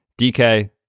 DK